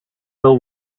bill